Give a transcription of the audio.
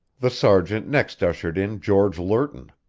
the sergeant next ushered in george lerton.